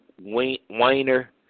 Weiner